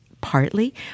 partly